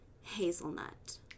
hazelnut